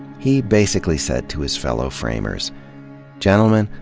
he basically said to his fellow framers gentlemen,